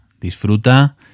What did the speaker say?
disfruta